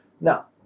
Now